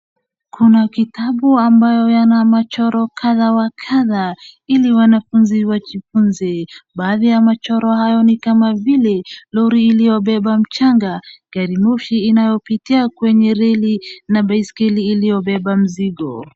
Kuna kitabu ambayo yana machoro kadha wa kdha ili wanafunzi wajifunze. Baadhi ya machoro hayo ni kama vile lori iliyobeba mchanga, gari moshi inayopitia kwenye lori na baiskeli inayobeba mizigo.